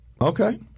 Okay